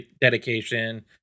dedication